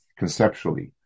conceptually